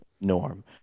norm